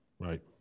Right